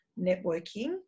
networking